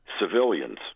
civilians